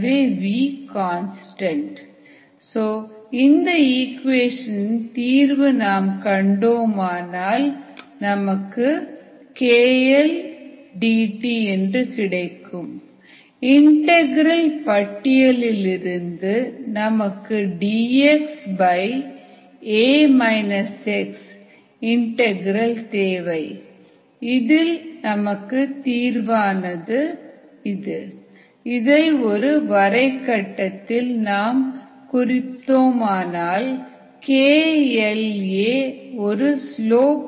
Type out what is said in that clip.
KL aCO2 CO2V Vddt KLaCO2 CO2 ddt இந்த equation தீர்வு கண்டால் dCO2 CO2 KL adt integral பட்டியலிலிருந்து நமக்கு dx இண்டெகிரல் தேவை இதில் தீர்வானது lncc cO2 kL at இதை ஒருவரை கட்டத்தில் ln cc cO2 vs t இட்டால் kL a in a slope